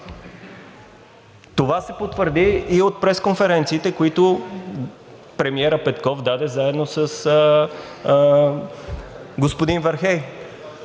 Това се потвърди и от пресконференциите, които премиерът Петков даде заедно с господин Вархеи.